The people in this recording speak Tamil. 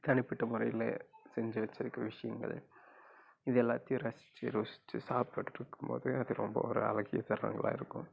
தனிப்பட்ட முறையில் செஞ்சு வச்சுருக்க விஷயங்கள் இது எல்லாத்தையும் ரசித்து ருசித்து சாப்பிட்டுட்டு இருக்கும் போது அது ரொம்ப ஒரு அழகிய தருணங்களாக இருக்கும்